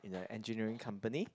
in a engineering company